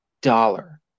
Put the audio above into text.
dollar